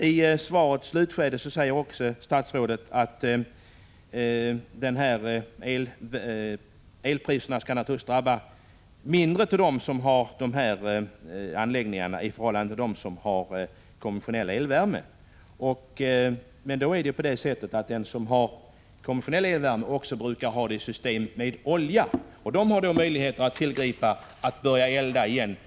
I slutet av svaret säger statsrådet att elpriserna naturligtvis drabbar dem mindre som har värmepumpar än dem som har konventionell elvärme. Det brukar vara så att den som har konventionell elvärme också har ett system för — Prot. 1985/86:113 olja, och man har då möjlighet att åter börja elda med den dyra oljan.